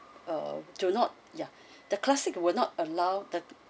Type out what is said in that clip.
uh do not yeah the classic will not allow the